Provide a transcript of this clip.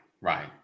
right